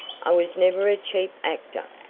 i was never a cheap actor.